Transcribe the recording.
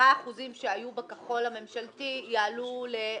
שה-10% שהיו בכחול הממשלתי יעלו ל-15%.